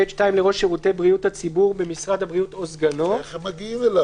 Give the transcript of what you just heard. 9. (א)